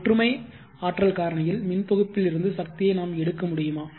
ஒற்றுமை ஆற்றல் காரணியில் மின்தொகுப்பில் இருந்து சக்தியை நாம் எடுக்க முடியுமா